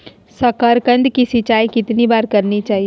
साकारकंद की सिंचाई कितनी बार करनी चाहिए?